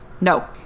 no